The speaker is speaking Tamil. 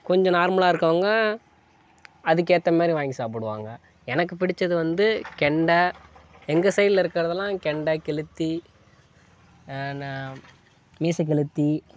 கொஞ்சம் நார்மலாக இருக்கவங்க அதுக்கேற்ற மாரி வாங்கி சாப்பிடுவாங்க எனக்கு பிடித்தது வந்து கெண்டை எங்கள் சைடில் இருக்கிறதெல்லாம் கெண்டை கெளுத்தி நான் மீசக்கெளுத்தி